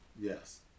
Yes